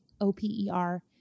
O-P-E-R